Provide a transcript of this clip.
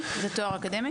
זה תואר אקדמי?